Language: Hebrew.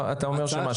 אתה אומר שמה?